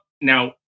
now